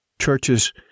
churches